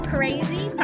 Crazy